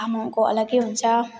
तामाङको अलग्गै हुन्छ